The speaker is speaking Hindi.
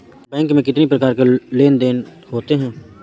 बैंक में कितनी प्रकार के लेन देन देन होते हैं?